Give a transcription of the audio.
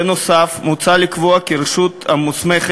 נוסף על כך, מוצע לקבוע כי הרשות המוסמכת